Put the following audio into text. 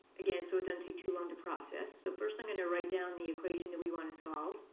again, so it doesn't take too long to process. so first i'm going to write down the equation that we want to solve.